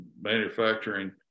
manufacturing